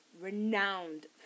renowned